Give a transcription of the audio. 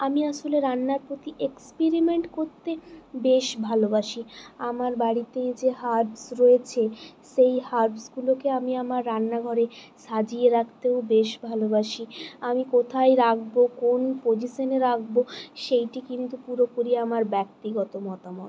আমি আসলে রান্নার প্রতি এক্সপেরিমেন্ট করতে বেশ ভালোবাসি আমার বাড়িতে যে হার্বস রয়েছে সেই হার্বসগুলোকে আমি আমার রান্নাঘরে সাজিয়ে রাখতেও বেশ ভালোবাসি আমি কোথায় রাখব কোন পজিশনে রাখব সেইটি কিন্তু পুরোপুরি আমার ব্যাক্তিগত মতামত